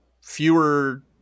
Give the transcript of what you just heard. fewer